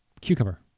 cucumber